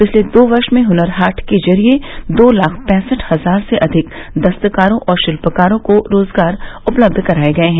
पिछले दो वर्ष में हुनर हाट के जरिए दो लाख पैंसठ हजार से अधिक दस्तकारों और शिल्पकारों को रोजगार उपलब्ध कराए गए हैं